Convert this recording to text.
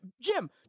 Jim